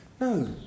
No